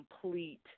complete